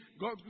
god